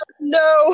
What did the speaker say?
no